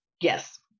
Yes